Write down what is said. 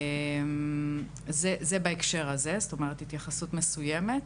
זו ההתייחסות המסוימת